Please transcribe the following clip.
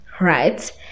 right